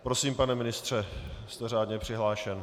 Prosím, pane ministře, jste řádně přihlášen.